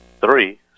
three